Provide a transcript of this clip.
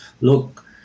look